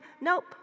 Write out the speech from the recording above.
Nope